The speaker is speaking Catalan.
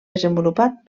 desenvolupat